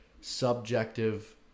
subjective